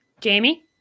Jamie